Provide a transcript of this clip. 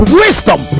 wisdom